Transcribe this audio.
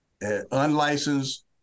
unlicensed